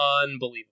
unbelievable